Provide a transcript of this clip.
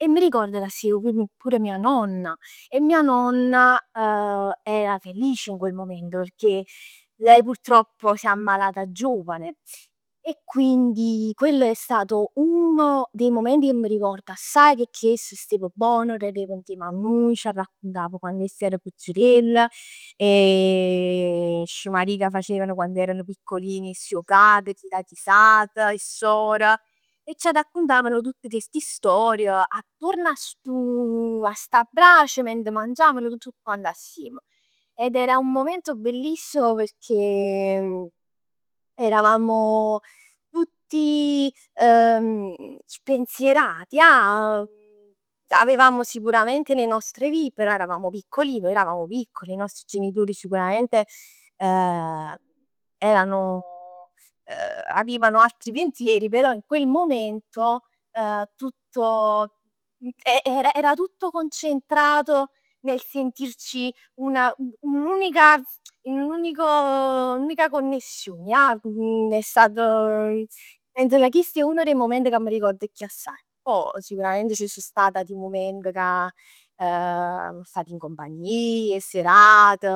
E m'arricord ca stev pur pure mia nonna. E mia nonna era felice in quel momento pecchè lei purtroppo si è ammalata giovane. E quindi quello è stato uno dei momenti che mi ricordo assaje, pecchè ess stev bona, rirev insieme a nuje, c'arracuntav 'e quann ess era picirell. 'E scemarie ca facevn quann erano piccolini iss 'o can, chillati frat, 'e sor e c'arraccuntavan tutt sti storie attuorn a stu, a sta brace mentre mangiavan tutt quant assiem. Ed era un momento bellissimo perchè eravamo tutti spensierati ja, avevamo sicuramente le nostre vite, però eravamo piccolini, noi eravamo piccoli, i nostri genitori sicuramente erano avevano altri pensieri, però in quel momento, tutto, era era era tutto concentrato nel sentirci una un'unica, un unico, un'unica connessione ja, è stato, pens ca chist è uno d'è mument che m'arricord chiù assaje. Pò sicuramente ci so stati ati mument ca so stata in compagnia, 'e serate,